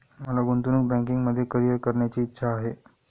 मला गुंतवणूक बँकिंगमध्ये करीअर करण्याची इच्छा आहे